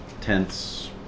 tents